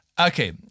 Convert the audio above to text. Okay